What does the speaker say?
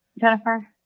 Jennifer